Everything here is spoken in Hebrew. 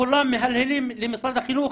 כולם מהללים את משרד החינוך.